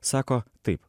sako taip